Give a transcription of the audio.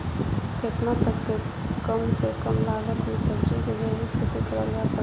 केतना तक के कम से कम लागत मे सब्जी के जैविक खेती करल जा सकत बा?